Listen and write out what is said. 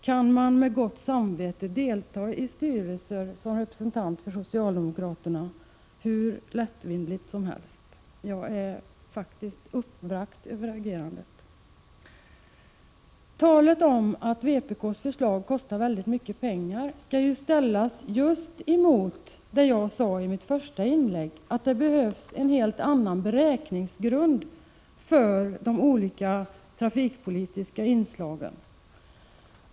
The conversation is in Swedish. Kan man med gott samvete delta i styrelser som representant för socialdemokraterna hur lättvindigt som helst? Jag är faktiskt uppbragt över agerandet. Talet om att vpk:s förslag kostar väldigt mycket pengar skall ju ställas just emot det som jag sade i mitt första inlägg, nämligen att det behövs en helt annan beräkningsgrund för de olika trafikpolitiska anslagen.